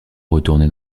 retourner